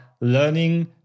learning